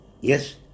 Yes